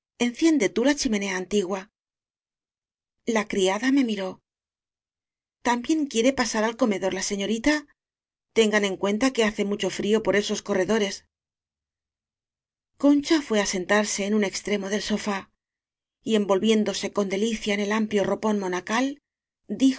enciende tú la chi menea antigua la criada me miró también quiere pasar al comedor la señorita tengan cuenta que hace mucho frío por esos corredores concha fué á sentarse en un extremo del sofá y envolviéndose con delicia en el am'ú dijo plio ropón monacal